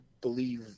believe